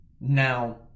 Now